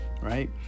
right